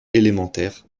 élémentaires